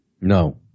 No